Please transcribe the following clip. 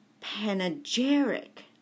panegyric